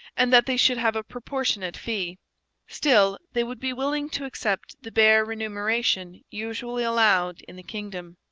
and that they should have a proportionate fee still, they would be willing to accept the bare remuneration usually allowed in the kingdom.